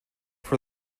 for